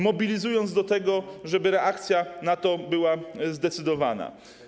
Mobilizuje ich do tego, żeby reakcja NATO była zdecydowana.